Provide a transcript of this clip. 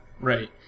Right